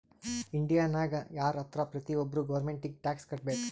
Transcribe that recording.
ಇಂಡಿಯಾನಾಗ್ ಯಾರ್ ಇರ್ತಾರ ಪ್ರತಿ ಒಬ್ಬರು ಗೌರ್ಮೆಂಟಿಗಿ ಟ್ಯಾಕ್ಸ್ ಕಟ್ಬೇಕ್